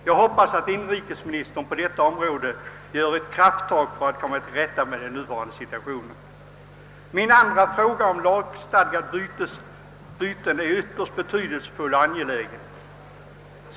Jag hoppas att inrikesministern på detta område tar ett krafttag för att komma till rätta med den nuvarande situationen. Min andra fråga om lagstadgade byten gäller en ytterst betydelsefull och angelägen sak.